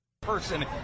person